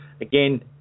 again